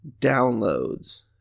downloads